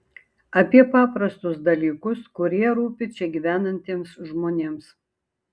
apie paprastus dalykus kurie rūpi čia gyvenantiems žmonėms